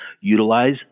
utilize